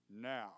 now